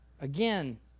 Again